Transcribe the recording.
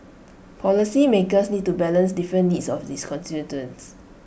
policymakers need to balance different needs of its constituents